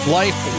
life